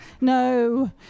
no